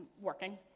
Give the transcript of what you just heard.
working